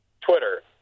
Twitter